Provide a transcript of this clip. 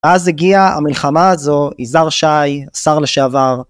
אז הגיעה המלחמה הזו יזהר שי שר לשעבר